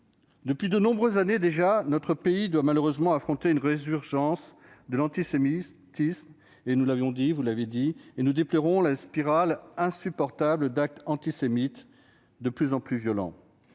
Depuis de nombreuses années déjà, notre pays doit malheureusement affronter une résurgence de l'antisémitisme, comme nous l'avons tous rappelé, et nous déplorons la spirale insupportable d'actes antisémites de plus en plus violents.